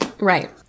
Right